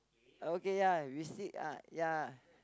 okay ya we see uh ya